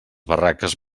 barraques